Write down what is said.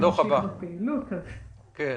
אם נמשיך בפעילות, אז כן.